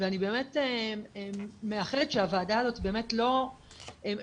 - ואני באמת מאחלת שהוועדה הזאת באמת לא תסתפק